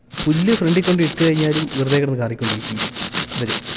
പുല്ല് ഫ്രണ്ടിൽ കൊണ്ടിട്ട് കഴിഞ്ഞാലും വെറുതെ കിടന്ന് കാറിക്കൊണ്ടിരിക്കുകയും ഇവർ